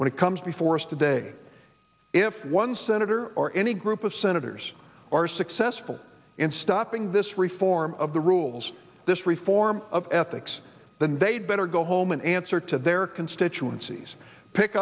when it comes before us today if one senator or any group of senators are successful in stopping this reform of the rules this reform of ethics then they'd better go home and answer to their constituencies pick